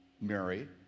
Mary